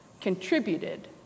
contributed